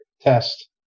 test